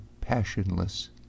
passionless